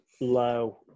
low